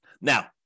Now